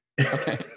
Okay